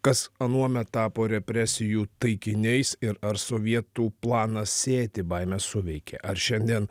kas anuomet tapo represijų taikiniais ir ar sovietų planas sėti baimę suveikė ar šiandien